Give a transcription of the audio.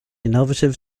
innovative